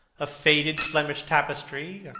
a faded flemish tapestry,